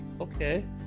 okay